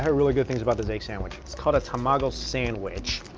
yeah really good things about the egg sandwich it's called a tamago sandwich.